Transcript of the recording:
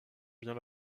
bien